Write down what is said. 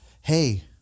hey